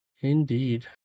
Indeed